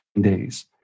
days